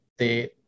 -the